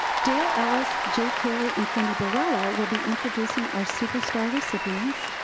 dale ellis, jake haley, and candy barella will be introducing our super star recipients.